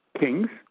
kings